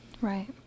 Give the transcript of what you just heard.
Right